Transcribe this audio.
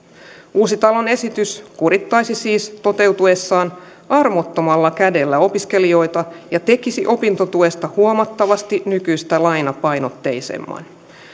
uusitalon esitys kurittaisi siis toteutuessaan armottomalla kädellä opiskelijoita ja tekisi opintotuesta huomattavasti nykyistä lainapainotteisemman